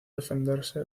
defenderse